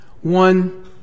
One